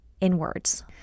inwards